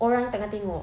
orang tengah tengok